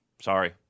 Sorry